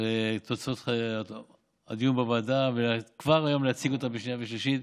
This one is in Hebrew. לתוצאות הדיון בוועדה וכבר היום להציג אותה בשנייה ושלישית,